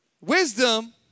Wisdom